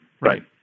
right